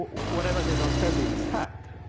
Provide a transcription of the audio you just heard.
whatever they don't sell, they discard.